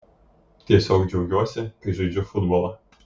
tiesiog džiaugiuosi kai žaidžiu futbolą